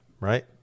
right